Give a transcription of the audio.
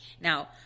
Now